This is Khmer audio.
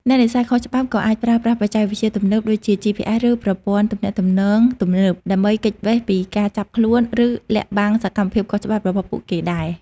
អ្នកនេសាទខុសច្បាប់ក៏អាចប្រើប្រាស់បច្ចេកវិទ្យាទំនើបដូចជា GPS ឬប្រព័ន្ធទំនាក់ទំនងទំនើប ដើម្បីគេចវេសពីការចាប់ខ្លួន ឬលាក់បាំងសកម្មភាពខុសច្បាប់របស់ពួកគេដែរ។